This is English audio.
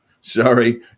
sorry